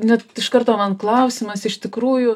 net iš karto man klausimas iš tikrųjų